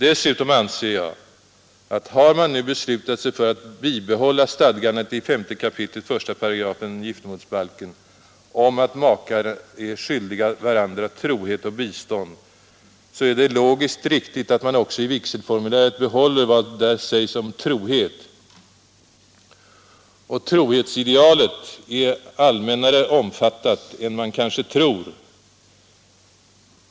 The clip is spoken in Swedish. Dessutom anser jag att har man nu beslutat sig för att bibehålla stadgandet i 5 kap. 18 giftermålsbalken om att makar är skyldiga varandra trohet och bistånd, är det logiskt riktigt att man också i vigselformuläret behåller vad där sägs om trohet. Och trohetsidealet är allmännare omfattat än man kanske tror.